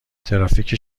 ترافیک